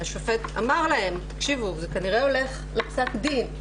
השופט אמר להם: זה כנראה הולך לפסק דין,